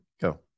Go